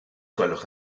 gwelwch